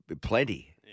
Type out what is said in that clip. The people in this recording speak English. plenty